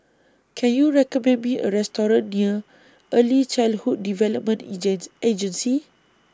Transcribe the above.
Can YOU recommend Me A Restaurant near Early Childhood Development Agent Agency